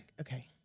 Okay